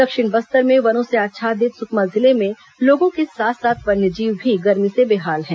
दक्षिण बस्तर में वनों से आच्छादित सुकमा जिले में लोगों के साथ साथ वन्यजीव भी गर्मी से बेहाल हैं